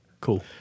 Cool